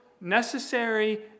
Necessary